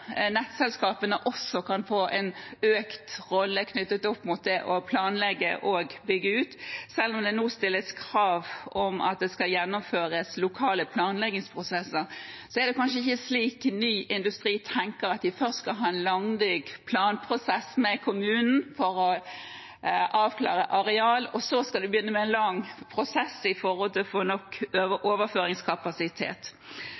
nettselskapene også kan få en større rolle knyttet opp mot det å planlegge og bygge ut. Selv om det nå stilles krav om at det skal gjennomføres lokale planleggingsprosesser, er det kanskje ikke slik ny industri tenker, at de først skal ha en langdryg planprosess med kommunen for å avklare areal, og så skal de begynne med en lang prosess med hensyn til å få nok